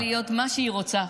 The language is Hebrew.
ותוכל להיות מה שהיא רוצה.